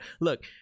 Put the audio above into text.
Look